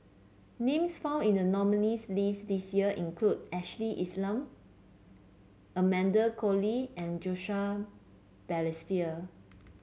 names found in the nominees' list this year include Ashley Isham Amanda Koe Lee and Joseph Balestier